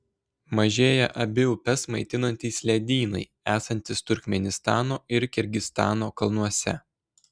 mažėja abi upes maitinantys ledynai esantys turkmėnistano ir kirgizstano kalnuose